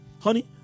Honey